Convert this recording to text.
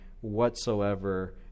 whatsoever